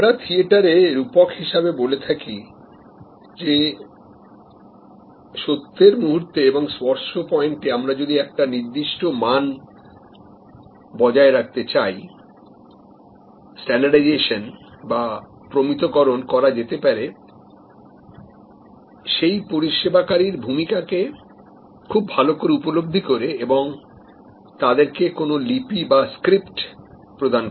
আমরা থিয়েটারে রূপক হিসাবে বলে থাকি যে সত্যের মুহূর্তে এবং স্পর্শ পয়েন্টে আমরা যদি একটা নির্দিষ্ট মান বজায় রাখতে চাই স্ট্যান্ডার্ডাইজেশন বা প্রমিতকরণ করা যেতে পারে সেই পরিষেবা কারীর ভূমিকাকে খুব ভাল করে উপলব্ধি করে এবং তাদেরকে কোন লিপি বা script প্রদান করে